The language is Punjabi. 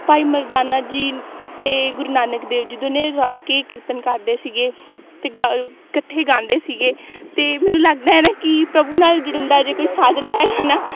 ਭਾਈ ਮਰਦਾਨਾ ਜੀ ਅਤੇ ਗੁਰੂ ਨਾਨਕ ਦੇਵ ਜੀ ਦੋਨੇ ਰਲ ਕੇ ਕੀਰਤਨ ਕਰਦੇ ਸੀਗੇ ਅਤੇ ਗਾ ਇਕੱਠੇ ਗਾਉਂਦੇ ਸੀਗੇ ਅਤੇ ਮੈਨੂੰ ਲੱਗਦਾ ਨਾ ਕਿ ਪ੍ਰਭੂ ਨਾਲ ਜੁੜਣ ਦਾ ਜੇ ਕੋਈ ਸਾਧਨ ਹੈਗਾ ਨਾ